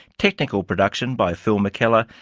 technical production by phil mckellar,